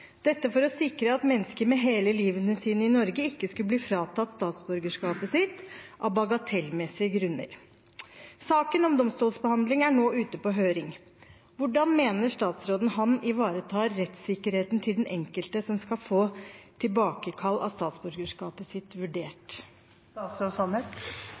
dette for å sikre at mennesker med hele livet sitt i Norge ikke skulle bli fratatt statsborgerskapet sitt av bagatellmessige grunner. Saken om domstolsbehandling er nå ute på høring. Hvordan mener statsråden han ivaretar rettssikkerheten til den enkelte som skal få tilbakekall av statsborgerskapet sitt